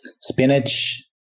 spinach